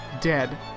dead